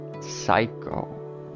psycho